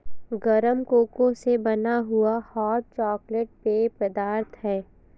गरम कोको से बना हुआ हॉट चॉकलेट पेय पदार्थ है